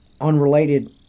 unrelated